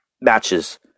matches